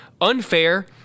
unfair